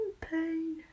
pain